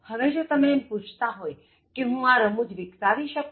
હવે જો તમે એમ પૂછતા હોય કે હું આ રમૂજ વિકસાવી શકું